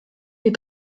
fait